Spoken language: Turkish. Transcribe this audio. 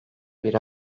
biri